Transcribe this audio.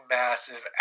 massive